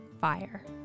fire